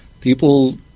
People